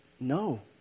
no